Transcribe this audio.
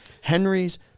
Henry's